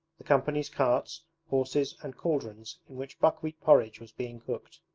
the company's carts, horses, and cauldrons in which buckwheat porridge was being cooked.